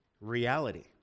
reality